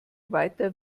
weiter